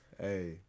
Hey